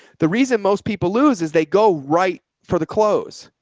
the reason most people lose is they go right for the clothes.